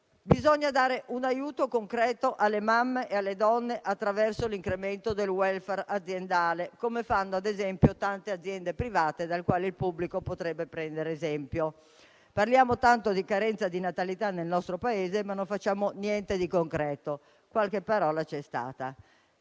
Bisogna dare un aiuto concreto alle mamme e alle donne attraverso l'incremento del *welfare* aziendale, come fanno ad esempio tante aziende private dalle quali il pubblico potrebbe prendere esempio. Parliamo tanto di carenza di natalità nel nostro Paese, ma non facciamo niente di concreto: qualche parola c'è stata.